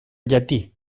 llatí